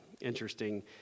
Interesting